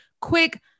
quick